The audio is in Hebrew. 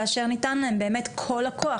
כאשר ניתן להם כל הכוח.